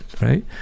right